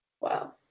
Wow